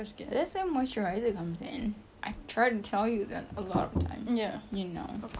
just use moisturiser or something I try to tell you that a lot of times you know